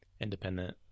independent